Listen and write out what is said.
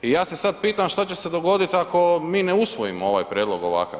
I ja se sada pitam šta će se dogoditi ako mi ne usvojimo ovaj prijedlog ovakav.